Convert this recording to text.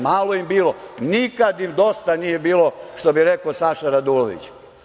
Malo im bilo, nikad im dosta nije bilo, što bi rekao Saša Radulović.